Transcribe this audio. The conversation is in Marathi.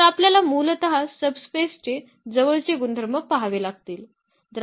तर आपल्याला मूलतः सब स्पेस चे जवळचे गुणधर्म पहावे लागतील